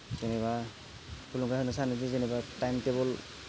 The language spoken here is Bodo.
जेनेबा थुलुंगा होनो सानो दि जेनेबा टाइम टेबोल